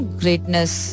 greatness